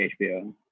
HBO